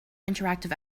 interactive